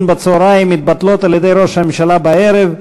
בצהריים מתבטלות על-ידי ראש הממשלה בערב,